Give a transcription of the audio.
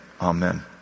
amen